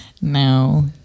No